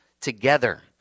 together